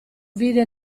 vide